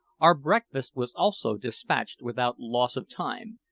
our breakfast was also despatched without loss of time,